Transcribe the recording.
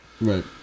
Right